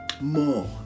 more